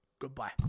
Goodbye